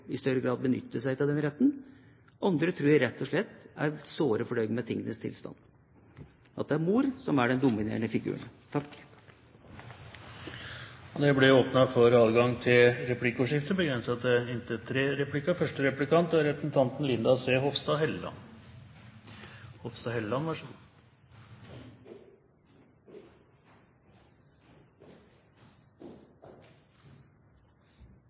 i større grad vil benytte seg av denne retten, andre tror jeg rett og slett er såre fornøyd med tingenes tilstand, at det er mor som er den dominerende figuren. Det blir replikkordskifte. Det er ingen tvil om at spesielt SV mener foreldrepermisjonsordningen bl.a. er det viktigste verktøyet denne regjeringen har for å oppnå likelønn. SV er